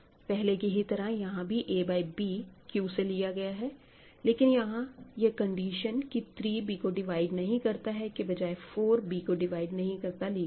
पहले की ही तरह यहां भी a बाय b Q से लिया गया है लेकिन यहां यह कंडीशन कि 3 b को डिवाइड नहीं करता है के बजाए 4 b को डिवाइड नहीं करता ली गयी है